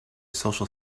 social